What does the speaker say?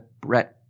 Brett